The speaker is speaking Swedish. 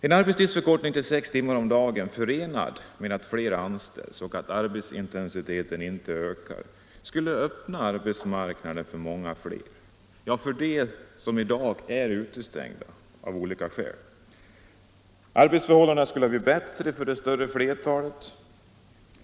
En arbetstidsförkortning till sex timmar om dagen, förenad med att fler anställs och att arbetsintensiteten inte ökar, skulle öppna arbetsmarknaden för dem som i dag är utestängda av olika skäl. Arbetsförhållandena skulle bli bättre för det stora flertalet.